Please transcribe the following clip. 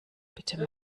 bitte